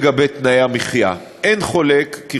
בין-לאומי שנתי של ארגון הכליאה והתקון הבין-לאומי,